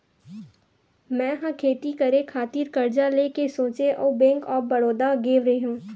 मै ह खेती करे खातिर करजा लेय के सोचेंव अउ बेंक ऑफ बड़ौदा गेव रेहेव